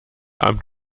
amt